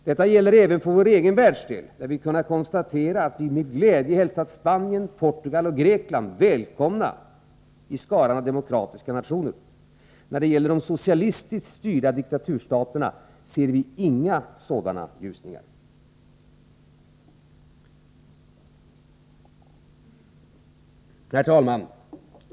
Detta gäller även för vår egen världsdel, där vi med glädje kunnat hälsa Spanien, Portugal och Grekland välkomna i skaran av demokratiska nationer. När det gäller de socialistiskt styrda diktaturstaterna ser vi inga sådana ljusningar. Herr talman!